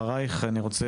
ואחרייך,